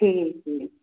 ਠੀਕ ਹੈ